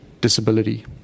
disability